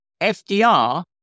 FDR